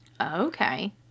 okay